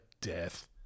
death